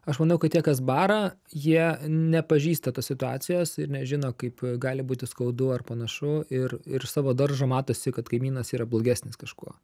aš manau kad tie kas bara jie nepažįsta tos situacijos ir nežino kaip gali būti skaudu ar panašu ir ir iš savo daržo matosi kad kaimynas yra blogesnis kažkuo